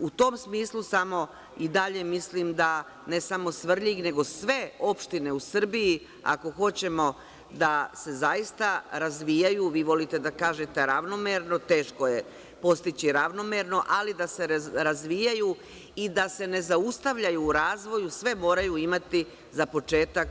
U tom smislu samo i dalje mislim da, ne samo Svrljig, nego sve opštine u Srbiji, ako hoćemo da se zaista razvijaju, vi volite da kažete ravnomerno, teško je postići ravnomerno, ali da se razvijaju i da se ne zaustavljaju u razvoju, sve moraju imati za početak